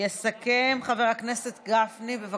יסכם חבר הכנסת גפני, בבקשה.